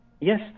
Yes